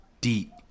deep